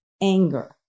anger